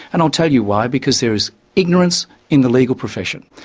and i'll tell you why, because there is ignorance in the legal profession,